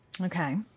Okay